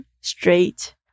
straight